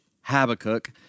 Habakkuk